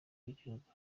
w’igihugu